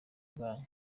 bwanyu